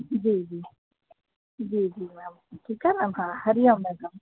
जी जी जी जी मैम ठीकु आहे मैम हरिओम मैडम